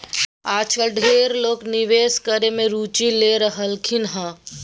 आजकल ढेर लोग निवेश करे मे रुचि ले रहलखिन हें